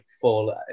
fall